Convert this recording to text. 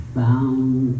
bound